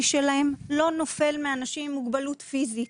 שלהם לא נופל מאנשים עם מוגבלות פיזית,